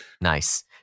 nice